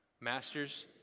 Masters